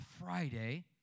Friday